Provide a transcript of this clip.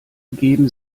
geben